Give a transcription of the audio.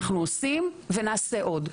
אנחנו עושים ונעשה עוד,